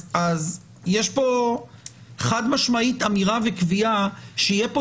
אז יש פה חד-משמעית אמירה וקביעה שיהיה פה